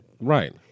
Right